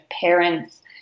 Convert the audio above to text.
parents